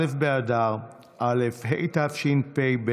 א' באדר א' התשפ"ב,